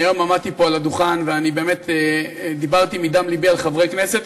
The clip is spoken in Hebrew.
אני היום עמדתי פה על הדוכן ואני באמת דיברתי מדם לבי על חברי כנסת,